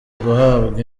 guhabwa